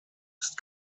ist